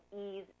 Ease